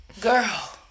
girl